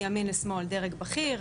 מימין לשמאל דרך בכיר,